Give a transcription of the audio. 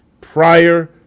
prior